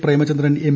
Premachandran M